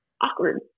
awkward